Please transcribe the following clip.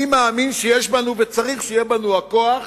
אני מאמין שיש בנו, וצריך שיהיה בנו, הכוח,